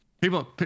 people